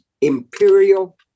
imperial